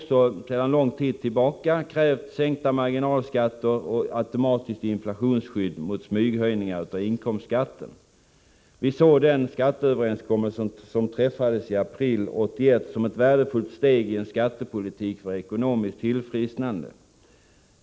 Sedan lång tid tillbaka har vi också krävt sänkta marginalskatter och automatiskt inflationsskydd mot smyghöjningar av inkomstskatten. Den skatteöverenskommelse som träffades i april 1981 såg vi som ett värdefullt steg i en skattepolitik för ekonomiskt tillfrisknande.